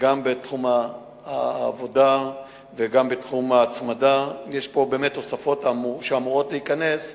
וגם בתחום העבודה וגם בתחום ההצמדה יש פה באמת תוספות שאמורות להיכנס.